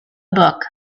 book